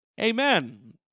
Amen